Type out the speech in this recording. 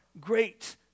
great